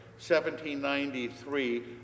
1793